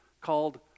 called